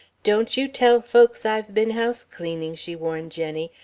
don't you tell folks i've been house cleaning, she warned jenny.